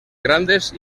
grandes